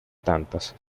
tantas